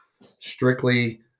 strictly